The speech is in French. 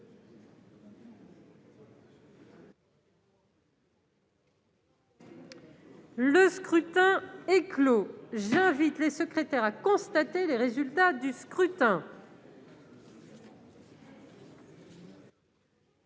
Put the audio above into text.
Le scrutin est clos. J'invite Mmes et MM. les secrétaires à constater le résultat du scrutin.